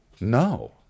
no